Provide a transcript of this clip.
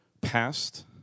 past